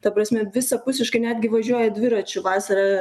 ta prasme visapusiškai netgi važiuoja dviračiu vasarą